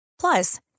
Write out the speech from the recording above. Plus